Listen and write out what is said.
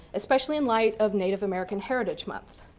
especially in light of native american heritage month.